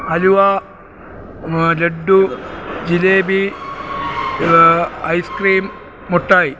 അലുവ laddu jalebi ice cream മിഠായി